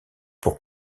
pour